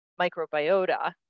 microbiota